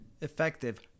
effective